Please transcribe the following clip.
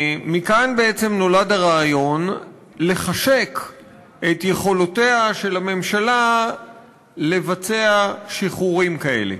מכאן נולד הרעיון לחשק את יכולותיה של הממשלה לבצע שחרורים כאלה.